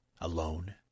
alone